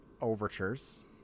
overtures